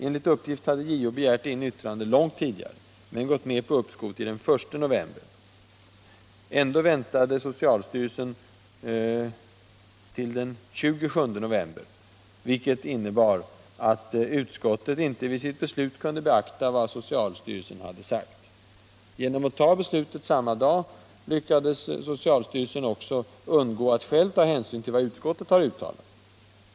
Enligt uppgift hade JO begärt in yttrande långt tidigare men gått med på uppskov till den I november. Ändå väntade socialstyrelsen Tisdagen den kunde beakta vad socialstyrelsen hade sagt. Genom att ta beslutet samma 9 december 1975 dag lyckades socialstyrelsen också undgå att själv ta hänsyn till vad ut — LL skottet har uttalat.